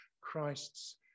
christ's